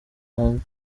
hanze